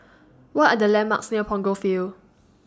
What Are The landmarks near Punggol Field